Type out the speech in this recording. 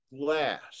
glass